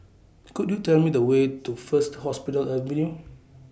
Could YOU Tell Me The Way to First Hospital Avenue